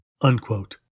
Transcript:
unquote